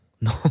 No